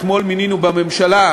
אתמול מינינו בממשלה,